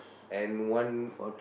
and one